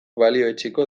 balioetsiko